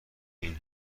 این